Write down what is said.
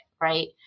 right